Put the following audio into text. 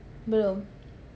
belum